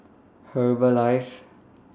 Herbalife